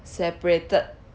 separated